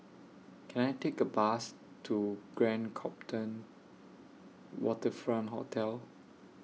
Can I Take A Bus to Grand Copthorne Waterfront Hotel